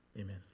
Amen